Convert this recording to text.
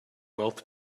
both